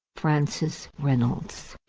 francis reynolds.